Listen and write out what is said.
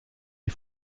des